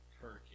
turkey